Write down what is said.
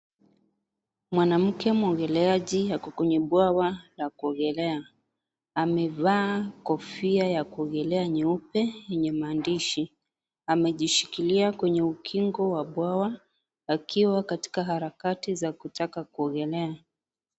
Mwanamke muogelaji ako kwenye bwawa la kuogelea. Amevaa kofia ya kuogelea nyeupe yenye maandishi. Amejishikilia kwenye ukingo wa bwawa akiwa katika harakati za kutaka kuogelea.